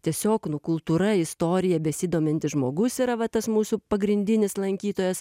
tiesiog nu kultūra istorija besidomintis žmogus yra va tas mūsų pagrindinis lankytojas